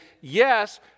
yes